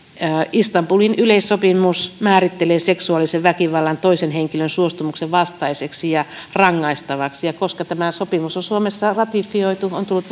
istanbulin yleissopimus määrittelee seksuaalisen väkivallan toisen henkilön suostumuksen vastaiseksi ja rangaistavaksi ja koska tämä sopimus on suomessa ratifioitu se on tullut